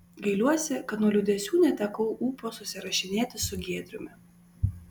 gailiuosi kad nuo liūdesių netekau ūpo susirašinėti su giedriumi